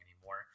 anymore